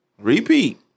repeat